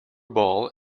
ball